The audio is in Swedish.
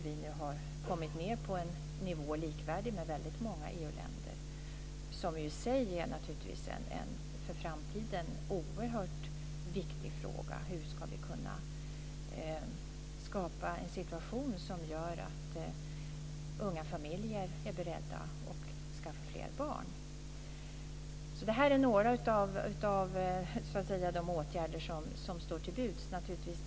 Vi har kommit ned på en nivå likvärdig med många EU-länders. Det är i sig en för framtiden oerhört viktig fråga. Hur ska vi kunna skapa en situation som gör att unga familjer är beredda att skaffa fler barn? Det är några av de åtgärder som står till buds.